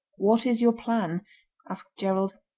what is your plan asked gerald.